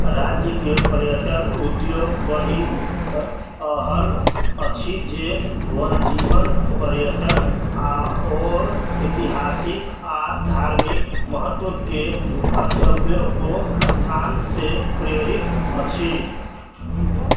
राज्यके पर्यटन उद्योग बढ़ि रहल अछि ज़े वन्यजीव पर्यटन आओर ऐतिहासिक आ धार्मिक महत्वके कतेको स्थानसँ प्रेरित अछि